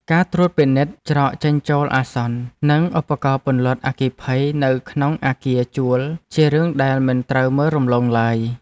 ការត្រួតពិនិត្យច្រកចេញចូលអាសន្ន និងឧបករណ៍ពន្លត់អគ្គិភ័យនៅក្នុងអគារជួលជារឿងដែលមិនត្រូវមើលរំលងឡើយ។